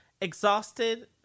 exhausted